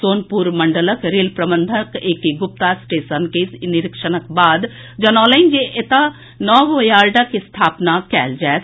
सोनपुर मंडलक रेल प्रबंधक A K Gupta station के निरीक्षणक बाद जनौलनि जे एतय नव यार्डक स्थापना कयल जायत